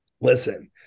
Listen